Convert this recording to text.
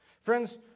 Friends